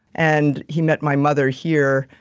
and he met my mother here.